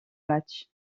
matchs